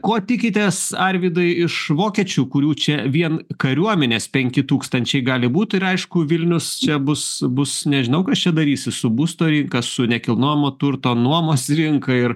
ko tikitės arvydai iš vokiečių kurių čia vien kariuomenės penki tūkstančiai gali būt ir aišku vilnius čia bus bus nežinau kas čia darysis su būsto rinka su nekilnojamo turto nuomos rinka ir